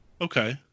okay